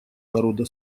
народа